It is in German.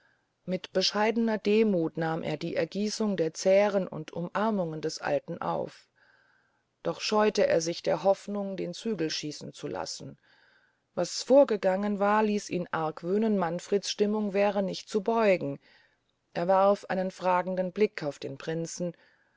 mit bescheidener demuth nahm er die ergießung der zähren und umarmungen des alten auf doch scheute er sich der hofnung den zügel schießen zu lassen was vorgegangen war ließ ihn argwöhnen manfreds stimmung wäre nicht zu beugen er warf einen fragenden blick auf den prinzen